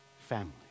family